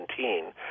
2017